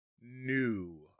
new